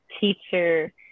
teacher